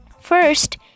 First